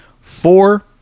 Four